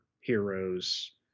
heroes